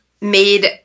made